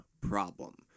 problem